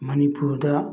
ꯃꯅꯤꯄꯨꯔꯗ